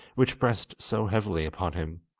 which pressed so heavily upon him.